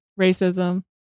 Racism